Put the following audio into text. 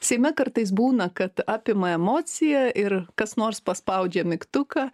seime kartais būna kad apima emocija ir kas nors paspaudžia mygtuką